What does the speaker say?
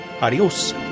adios